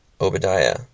Obadiah